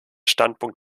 standpunkt